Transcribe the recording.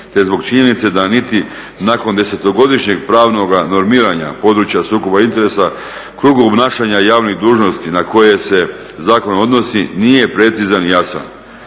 te zbog činjenice da niti nakon 10-godišnjeg pravnoga normiranja područja sukoba interesa krug obnašanja javnih dužnosti na koje se zakon odnosi nije precizan i jasan.